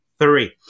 Three